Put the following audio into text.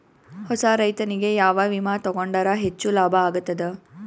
ಹೊಸಾ ರೈತನಿಗೆ ಯಾವ ವಿಮಾ ತೊಗೊಂಡರ ಹೆಚ್ಚು ಲಾಭ ಆಗತದ?